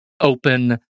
open